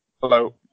Hello